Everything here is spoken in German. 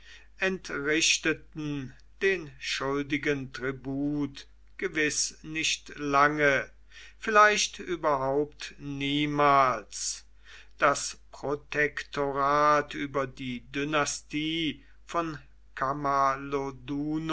entrichteten den schuldigen tribut gewiß nicht lange vielleicht überhaupt niemals das protektorat über die dynastie von